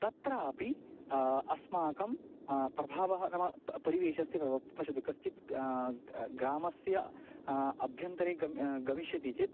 तत्रापि अस्माकं प्रभावः नाम प परिवेशस्य प्रभावः पश्यतु कश्चित् गा ग्रामस्य अभ्यन्तरे गम् ग गमिष्यति चेत्